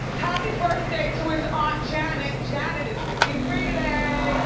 happy birthday to his aunt janet. janet is fifty three today.